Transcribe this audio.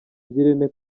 ngirente